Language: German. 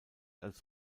als